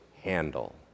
handle